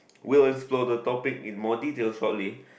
well as for the topic in more details shortly